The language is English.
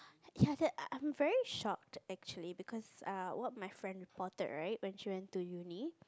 ya that I'm very shocked actually because err what my friend reported right when she went to uni